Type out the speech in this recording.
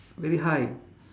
very high